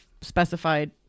specified